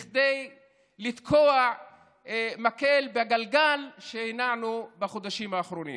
כדי לתקוע מקל בגלגל שהנענו בחודשים האחרונים.